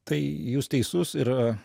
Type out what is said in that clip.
tai jūs teisus ir